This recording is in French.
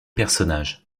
personnage